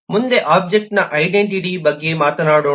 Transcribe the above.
ಮುಂದೆ ಒಬ್ಜೆಕ್ಟ್ನ ಐಡೆಂಟಿಟಿ ಬಗ್ಗೆ ಮಾತನಾಡೋಣ